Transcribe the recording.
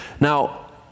now